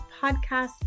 podcast